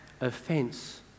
offence